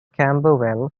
camberwell